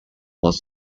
was